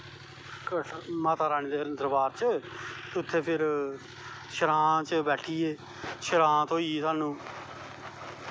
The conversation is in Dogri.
माता रानी दे दरवार च उत्थें फिर सरां च बैठी गे सरां थ्होई स्हानू